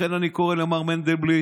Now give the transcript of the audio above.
לכן אני קורא למר מנדלבליט